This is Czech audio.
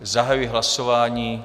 Zahajuji hlasování.